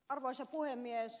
arvoisa puhemies